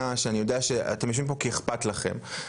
ואני יודע שאתם יושבים פה כי איכפת לכם.